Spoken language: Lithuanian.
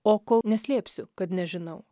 o kol neslėpsiu kad nežinau